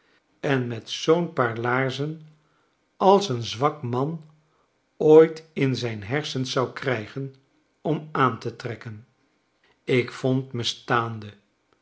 en met zoo'n paar laarzen als een zwak man ooit in zijn hersens zou krijgen om aan te trekken ik vond me staande